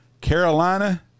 Carolina